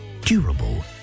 durable